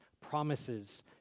promises